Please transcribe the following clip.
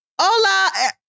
hola